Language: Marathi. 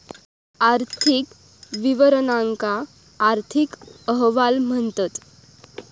आर्थिक विवरणांका आर्थिक अहवाल म्हणतत